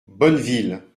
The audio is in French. bonneville